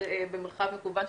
במרחב מקוון,